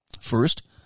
First